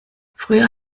früher